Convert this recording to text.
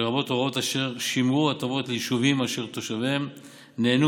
לרבות הוראות אשר שימרו הטבות ליישובים אשר תושביהם נהנו